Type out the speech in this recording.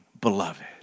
beloved